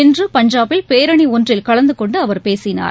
இன்று பஞ்சாபில் பேரணிஒன்றில் கலந்துகொண்டுஅவர் பேசினார்